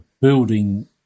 building